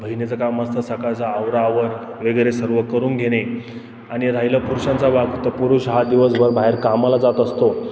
बहिणीचं काम असतं सकाळचा आवराआवर वगैरे सर्व करून घेणे आणि राहिलं पुरुषांचा भाग तर पुरुष हा दिवसभर बाहेर कामाला जात असतो